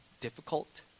difficult